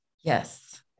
yes